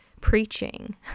preaching